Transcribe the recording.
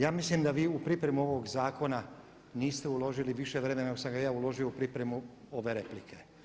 Ja mislim da vi u pripremu ovog zakona niste uložili više vremena nego sam ga ja uložio u pripremu ove replike.